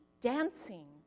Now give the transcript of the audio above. dancing